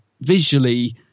visually